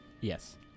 Yes